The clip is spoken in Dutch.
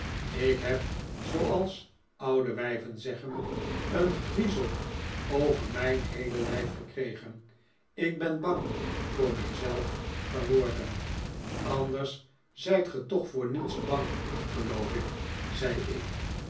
ik heb zooals oude wijven zeggen een griezel over mijn heele lijf gekregen ik ben bang voor mij zelf geworden anders zijt ge toch voor niets bang geloof ik zei ik